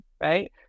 Right